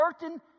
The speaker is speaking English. certain